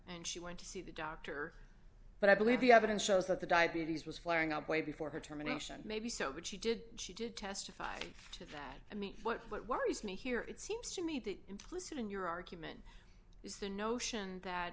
and she went to see the doctor but i believe the evidence shows that the diabetes was flaring up way before her terminations maybe so but she did she did testify to that i mean what worries me here it seems to me that implicit in your argument is the notion that